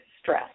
stress